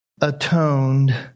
atoned